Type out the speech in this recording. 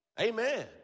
Amen